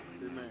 Amen